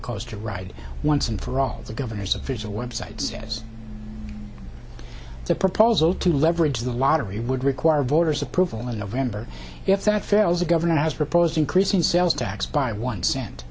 coaster ride once and for all the governor's official website says the proposal to leverage the lottery would require voters approval of november if that fails the governor has proposed increasing sales tax by one cent